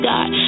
God